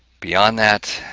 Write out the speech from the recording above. beyond that,